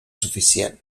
suficient